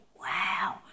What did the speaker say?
wow